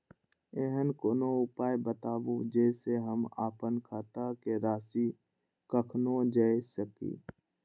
ऐहन कोनो उपाय बताबु जै से हम आपन खाता के राशी कखनो जै सकी?